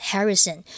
Harrison